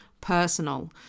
personal